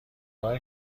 بار